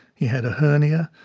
he had a hernia.